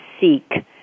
SEEK